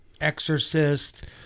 Exorcist